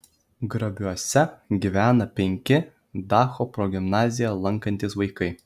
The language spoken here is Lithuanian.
grabiuose gyvena penki dacho progimnaziją lankantys vaikai